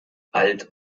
alt